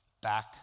back